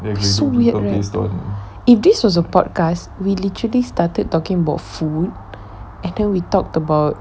so weird right if this was a podcast we literally started talking about food and then we talked about